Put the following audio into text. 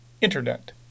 internet